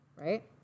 right